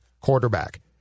Quarterback